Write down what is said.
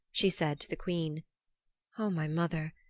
she said to the queen oh, my mother,